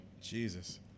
jesus